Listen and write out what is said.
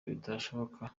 bitashoboka